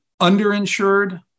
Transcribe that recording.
underinsured